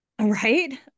right